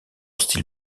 style